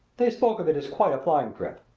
they spoke of it as quite a flying trip.